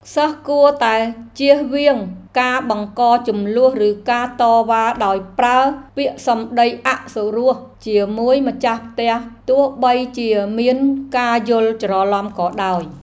សិស្សគួរតែជៀសវាងការបង្កជម្លោះឬការតវ៉ាដោយប្រើពាក្យសម្តីអសុរោះជាមួយម្ចាស់ផ្ទះទោះបីជាមានការយល់ច្រឡំក៏ដោយ។